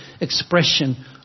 expression